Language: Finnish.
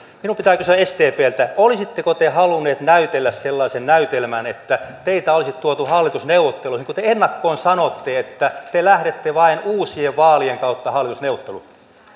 minun pitää kysyä sdpltä olisitteko te halunneet näytellä sellaisen näytelmän että teitä olisi tuotu hallitusneuvotteluihin kun te ennakkoon sanoitte että te lähdette vain uusien vaalien kautta hallitusneuvotteluun